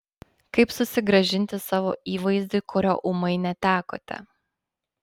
kaip susigrąžinti savo įvaizdį kurio ūmai netekote